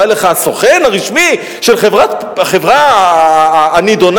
בא אליך הסוכן הרשמי של החברה הנדונה,